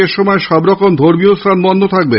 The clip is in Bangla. এই সময় সবরকম ধর্মীয়স্হান বন্ধ থাকবে